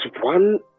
one